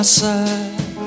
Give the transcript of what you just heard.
side